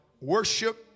worship